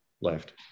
left